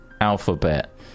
alphabet